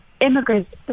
immigrants